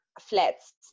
flats